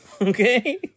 Okay